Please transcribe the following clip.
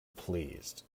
pleased